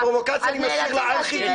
את הפרובוקציה אני משאיר לאנשים כמוך.